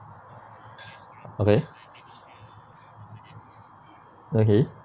okay okay